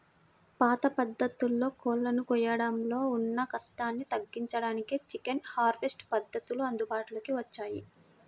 పాత పద్ధతుల్లో కోళ్ళను కోయడంలో ఉన్న కష్టాన్ని తగ్గించడానికే చికెన్ హార్వెస్ట్ పద్ధతులు అందుబాటులోకి వచ్చాయి